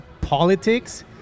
politics